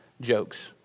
jokes